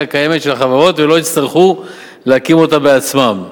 הקיימת של החברות ולא יצטרכו להקים אותה בעצמם.